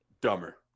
Dumber